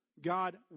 God